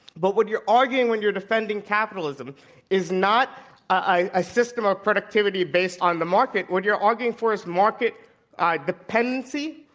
but what you're arguing when you're defending capitalism is not a ah system of productivity based on the market. what you're arguing for is market ah dependency,